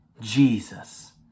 jesus